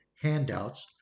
handouts